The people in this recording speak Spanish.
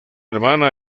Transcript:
hermana